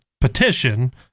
petition